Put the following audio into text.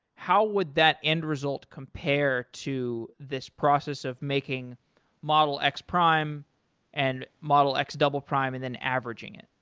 how would that end result compare to this process of making model x prime and model x double prime and then averaging it?